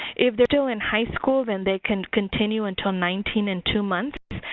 if they're still in high school then they can continue until nineteen and two months,